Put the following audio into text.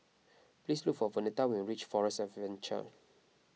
please look for Vernetta when you reach Forest Adventure